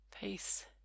Peace